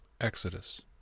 Exodus